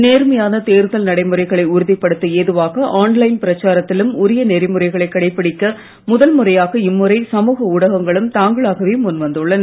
நேர்மையான தேர்தல் நடைமுறைகளை உறுதிப் படுத்த ஏதுவாக ஆன் லைன் பிரச்சாரத்திலும் உரிய நெறிமுறைகளைக் கடைப்பிடிக்க முதல் முறையாக இம்முறை சமூக ஊடகங்களும் தாங்களாகவே முன் வந்துள்ளன